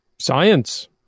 science